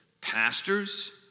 pastors